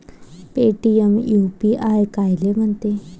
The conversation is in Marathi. पेटीएम यू.पी.आय कायले म्हनते?